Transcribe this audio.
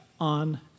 on